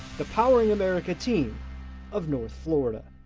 the powering america teen of north florida.